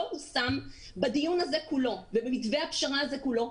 לא סתם בדיון הזה כולו ובמתווה הפשרה הזה כולו,